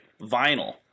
Vinyl